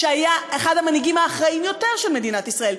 שהיה אחד המנהיגים האחראיים יותר של מדינת ישראל,